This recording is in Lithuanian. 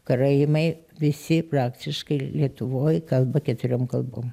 karaimai visi praktiškai lietuvoj kalba keturiom kalbom